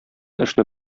эшне